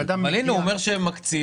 אבל הנה, הוא אומר שהם מקצים.